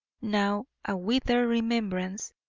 now a withered remembrance.